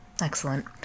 Excellent